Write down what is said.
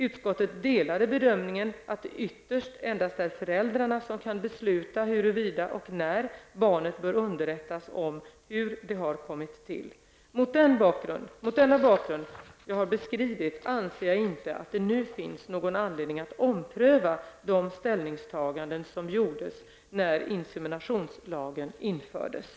Utskottet instämde i bedömningen att det ytterst endast är föräldrarna som kan besluta huruvida och när barnet bör underrättas om hur det har kommit till. Mot den bakgrund jag har beskrivit anser jag inte att det nu finns någon anledning att ompröva de ställningstaganden som gjordes när inseminationslagen infördes.